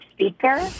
speaker